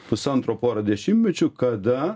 pusantro porą dešimtmečių kada